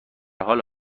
حال